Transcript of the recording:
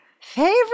favorite